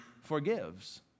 forgives